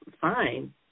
fine